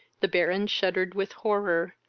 the baron shuddered with horror,